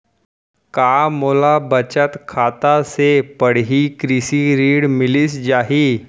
का मोला बचत खाता से पड़ही कृषि ऋण मिलिस जाही?